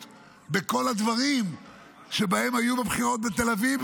בכל הדברים שהיו בבחירות בתל אביב,